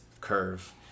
Curve